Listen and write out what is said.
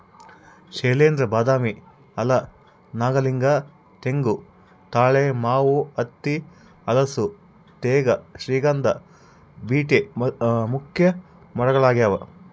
ಶೈಲೇಂದ್ರ ಬಾದಾಮಿ ಆಲ ನಾಗಲಿಂಗ ತೆಂಗು ತಾಳೆ ಮಾವು ಹತ್ತಿ ಹಲಸು ತೇಗ ಶ್ರೀಗಂಧ ಬೀಟೆ ಮುಖ್ಯ ಮರಗಳಾಗ್ಯಾವ